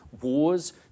wars